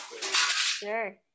sure